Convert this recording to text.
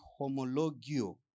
homologio